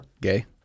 Gay